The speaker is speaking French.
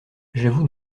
j’avoue